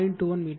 21 metre